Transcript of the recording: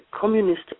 communist